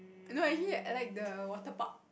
you know actually I like the water park